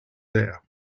there